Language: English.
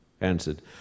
answered